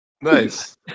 nice